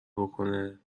بکنه